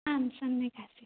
आं सम्यक् आसीत्